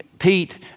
Pete